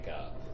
up